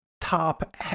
top